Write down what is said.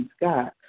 God